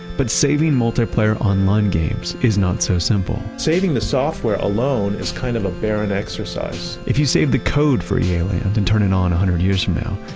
but saving multiplayer online games is not so simple saving the software alone is kind of a barren exercise if you save the code for yeah ea-land and turn it on a hundred years from now,